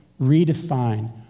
redefine